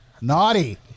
naughty